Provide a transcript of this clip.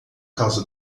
causa